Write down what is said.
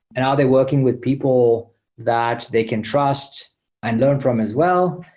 and are they working with people that they can trust and learn from as well?